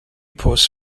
pws